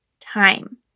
time